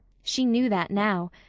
she knew that now.